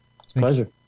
pleasure